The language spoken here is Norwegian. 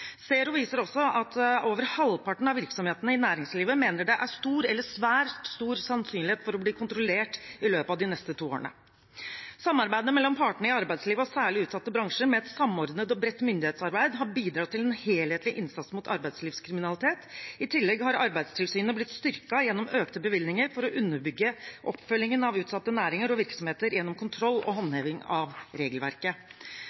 SERO viser også at over halvparten av virksomhetene i næringslivet mener det er stor eller svært stor sannsynlighet for å bli kontrollert i løpet av de neste to årene. Samarbeidet mellom partene i arbeidslivet og særlig utsatte bransjer med et samordnet og bredt myndighetsarbeid har bidratt til en helhetlig innsats mot arbeidslivskriminalitet. I tillegg har Arbeidstilsynet blitt styrket gjennom økte bevilgninger for å underbygge oppfølgingen av utsatte næringer og virksomheter gjennom kontroll og